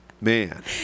man